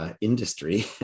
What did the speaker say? industry